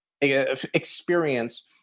experience